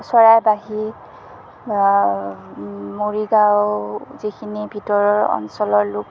চৰাইবাহী মৰিগাঁও যিখিনি ভিতৰৰ অঞ্চলৰ লোক